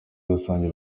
rusange